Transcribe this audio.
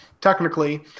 technically